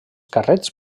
carrets